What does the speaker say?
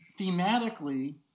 Thematically